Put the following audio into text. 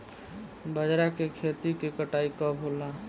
बजरा के खेती के कटाई कब होला?